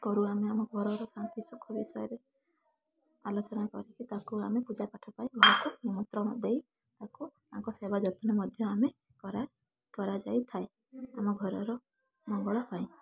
କରୁ ଆମେ ଆମ ଘରର ଶାନ୍ତି ସୁଖ ବିଷୟରେ ଆଲୋଚନା କରିକି ତାଙ୍କୁ ଆମେ ପୂଜାପାଠ ପାଇଁ ଘରକୁ ନିମନ୍ତ୍ରଣ ଦେଇ ତାକୁ ତାଙ୍କ ସେବା ଯତ୍ନ ମଧ୍ୟ ଆମେ କରା କରାଯାଇ ଥାଏ ଆମ ଘରର ମଙ୍ଗଳ ପାଇଁ